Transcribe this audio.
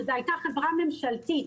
שזו היתה חברה ממשלתית,